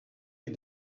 est